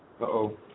uh-oh